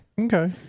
Okay